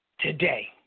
today